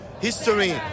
history